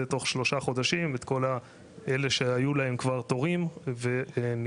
תוך שלושה חודשים לכל מי שכבר היו תורים ונדחו.